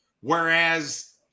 Whereas